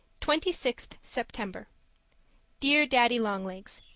twenty sixth september dear daddy-long-legs,